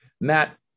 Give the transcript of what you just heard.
Matt